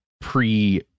pre